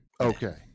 okay